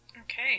okay